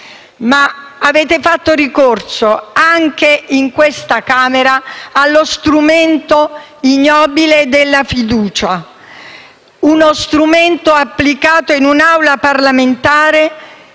Ma avete fatto ricorso anche in questa Camera allo strumento ignobile della fiducia, uno strumento applicato in un'Aula parlamentare